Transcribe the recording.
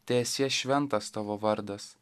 teesie šventas tavo vardas